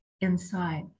inside